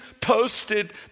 posted